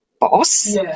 boss